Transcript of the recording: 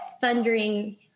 thundering